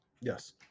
yes